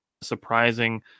surprising